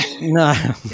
No